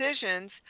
decisions